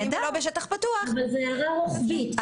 ולא בשטח פתוח --- אבל זאת הערה רוחבית.